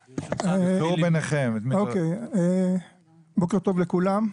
אוקיי, בוקר טוב לכולם.